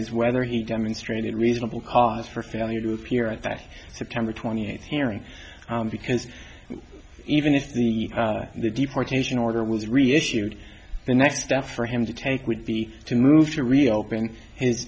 is whether he demonstrated reasonable cause for failure to appear at that september twenty eighth hearing because even if the the deportation order was reissued the next step for him to take would be to move to reopen his